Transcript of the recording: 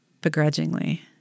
begrudgingly